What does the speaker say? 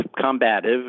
combative